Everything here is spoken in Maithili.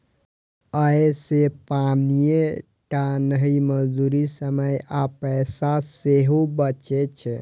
अय से पानिये टा नहि, मजदूरी, समय आ पैसा सेहो बचै छै